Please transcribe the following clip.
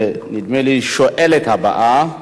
נדמה לי, השואלת הבאה